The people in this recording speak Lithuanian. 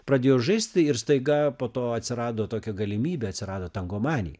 pradėjau žaist ir staiga po to atsirado tokia galimybė atsirado tangomanija